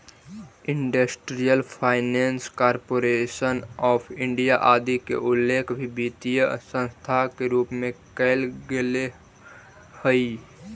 industrial finance corporation of India आदि के उल्लेख भी वित्तीय संस्था के रूप में कैल गेले हइ